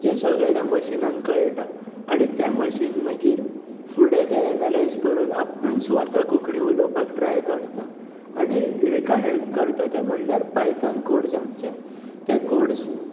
हें सगळें त्या मशिनांक कळटा आनी तें मशीन मागीर फुडें तें एनलायज कोरून आपूण स्वता कोंकणी उलोवपाक ट्राय करता आनी हेका हॅल्प करता तें म्हळ्यार पायथन कोड्स आमचे ते कोड्स